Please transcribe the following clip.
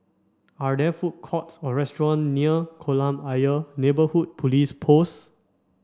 are there food courts or restaurant near Kolam Ayer Neighbourhood Police Post